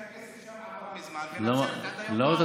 עובדה שהכסף עבר לשם מזמן ולנצרת עדיין לא.